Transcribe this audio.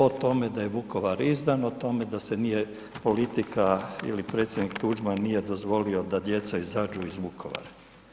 O tome da je Vukovar izdan, o tome da se nije politika ili predsjednik Tuđman nije dozvolio da djeca izađu iz Vukovara.